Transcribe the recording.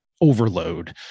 overload